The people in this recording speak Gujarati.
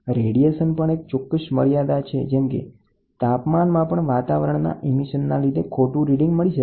તો રેડિયેશનને પણ એક ચોક્કસ મર્યાદા છે જેમ કે તાપમાનમાં પણ વાતાવરણના કિરણોત્સર્ગના ઉત્સર્જનના લીધે ખોટુ રીડિંગ મળી શકે